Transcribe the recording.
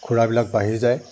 খোৰাবিলাক বাঢ়ি যায়